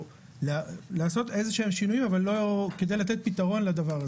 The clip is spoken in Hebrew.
לעשות שינויים מסוימים כדי לתת לזה פתרון.